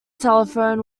telephone